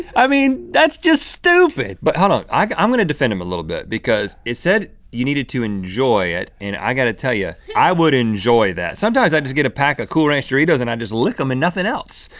i mean, that's just stupid! but hold on. i'm gonna defend him a little bit, because it said you needed to enjoy it, and i gotta tell ya, i would enjoy that. sometimes i just get a pack of ah cool ranch doritos and i just lick em and nothing else!